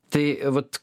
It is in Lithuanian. tai vat